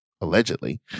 allegedly